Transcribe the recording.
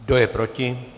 Kdo je proti?